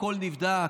הכול נבדק,